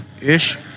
ish